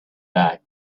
back